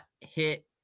hit